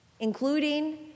Including